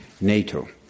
NATO